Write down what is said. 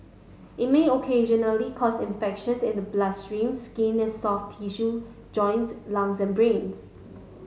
it may occasionally cause infections in the bloodstream skin and soft tissue joints lungs and brains